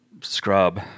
scrub